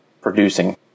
producing